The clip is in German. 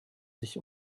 sich